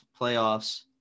playoffs